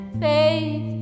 faith